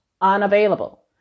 unavailable